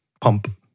pump